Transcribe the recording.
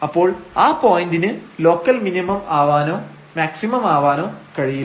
അപ്പോൾ ആ പോയന്റിന് ലോക്കൽ മിനിമം ആവാനോ മാക്സിമം ആവാനോ കഴിയില്ല